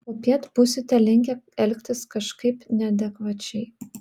popiet būsite linkę elgtis kažkaip neadekvačiai